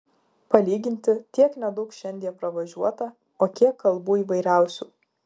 palyginti tiek nedaug šiandie pravažiuota o kiek kalbų įvairiausių